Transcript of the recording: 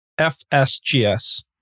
FSGS